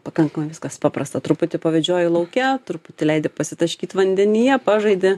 pakankamai viskas paprasta truputį pavedžioji lauke truputį leidi pasitaškyt vandenyje pažaidi